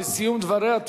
בסיום דבריה,